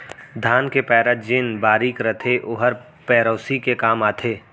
धान के पैरा जेन बारीक रथे ओहर पेरौसी के काम आथे